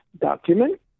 document